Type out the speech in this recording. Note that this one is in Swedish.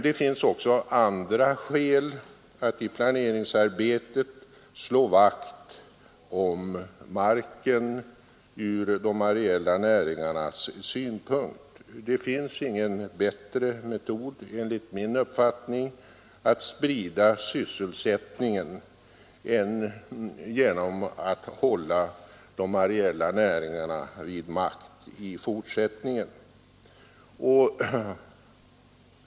Det finns också andra skäl att i planeringsarbetet slå vakt om marken ur de areella näringarnas synpunkt. Det finns enligt min uppfattning ingen bättre metod att uppehålla en spridd sysselsättning än att hålla de areella näringarna vid makt i fortsättningen.